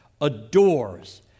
adores